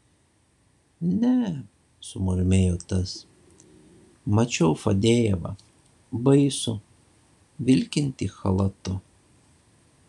ne sumurmėjo tas mačiau fadejevą baisų vilkintį chalatu